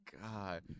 god